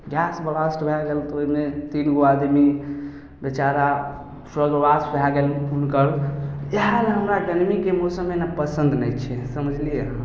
gas बला सलाइ लयके ओहिमे तीन गो आदमी बेचारा स्वर्गबास भाए गेलखिन हुनकर इहए लए हमरा गर्मीके मौसम हय नऽ पसन्द नै छै समझलियै अहाँ